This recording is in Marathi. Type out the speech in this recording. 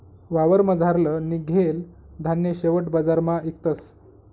वावरमझारलं निंघेल धान्य शेवट बजारमा इकतस